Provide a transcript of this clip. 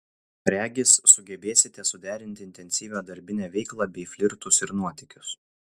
regis sugebėsite suderinti intensyvią darbinę veiklą bei flirtus ir nuotykius